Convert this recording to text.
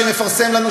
שמפרסם לנו,